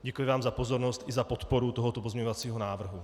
Děkuji vám za pozornost i za podporu tohoto pozměňovacího návrhu.